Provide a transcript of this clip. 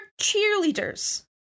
cheerleaders